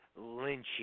Lynchy